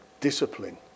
discipline